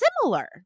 similar